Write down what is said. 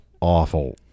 awful